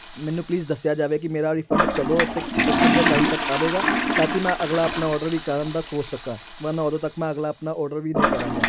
ਮੈਨੂੰ ਪਲੀਜ਼ ਦੱਸਿਆ ਜਾਵੇ ਕਿ ਮੇਰਾ ਰਿਫੰਡ ਕਦੋਂ ਅਤੇ ਕਿੰਨੇ ਟਾਈਮ ਤੱਕ ਆਵੇਗਾ ਤਾਂ ਕਿ ਮੈਂ ਅਗਲਾ ਆਪਣਾ ਔਡਰ ਵੀ ਕਰਨ ਦਾ ਸੋਚ ਸਕਾਂ ਵਰਨਾ ਉਦੋਂ ਤੱਕ ਮੈਂ ਅਗਲਾ ਆਪਣਾ ਔਡਰ ਵੀ ਨਹੀਂ ਕਰਾਂਗਾ